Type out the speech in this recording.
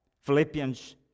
Philippians